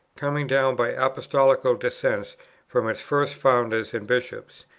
coming down by apostolical descent from its first founders and bishops.